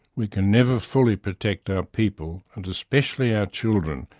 we can never fully protect our people, and especially our children,